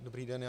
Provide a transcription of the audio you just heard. Dobrý den.